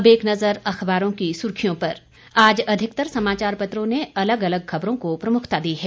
अब एक नजर अखबारों की सुर्खियों पर आज अधिकतर समाचार पत्रों ने अलग अलग खबरों को प्रमुखता दी है